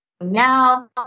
now